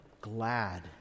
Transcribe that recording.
glad